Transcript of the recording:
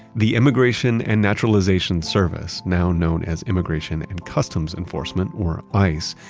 the immigration and naturalization service, now known as immigration and customs enforcement, or ice,